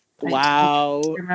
wow